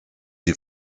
die